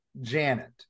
Janet